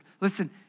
Listen